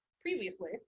previously